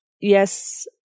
yes